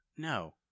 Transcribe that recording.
no